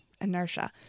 inertia